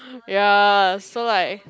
ya so like